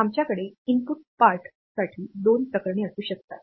आमच्याकडे इनपुट पार्टसाठी दोन प्रकरणे असू शकतात